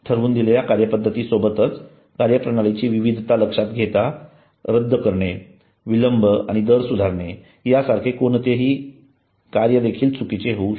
ठरवून दिलेल्या कार्यप्रद्धती सोबतच कार्यप्रणालीची विविधता लक्षात घेता रद्द करणे विलंब आणि दर सुधारणे यासारखे कोणतेही कार्यदेखील चुकीचे होऊ शकते